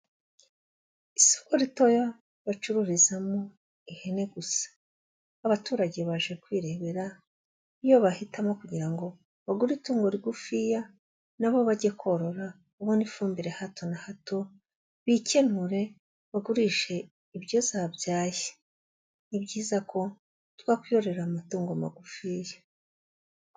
Isoko ritoya bacururizamo ihene gusa, abaturage baje kwirebera iyo bahitamo kugira ngo bagure itungo rigufiya na bo bajye korora babona ifumbire ya hato na hato, bikenure bagurishe ibyo zabyaye, ni byiza ko twakwiyororera amatungo magufiya.